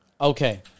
Okay